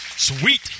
Sweet